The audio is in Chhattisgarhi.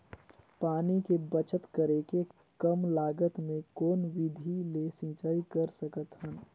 पानी के बचत करेके कम लागत मे कौन विधि ले सिंचाई कर सकत हन?